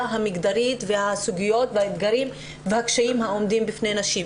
המגדרית והסוגיות והאתגרים והקשיים העומדים בפני נשים.